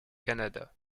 canada